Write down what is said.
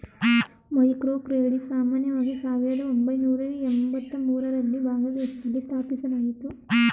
microcredit ಸಾಮಾನ್ಯವಾಗಿ ಸಾವಿರದ ಒಂಬೈನೂರ ಎಂಬತ್ತಮೂರು ರಲ್ಲಿ ಬಾಂಗ್ಲಾದೇಶದಲ್ಲಿ ಸ್ಥಾಪಿಸಲಾಯಿತು